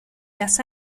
las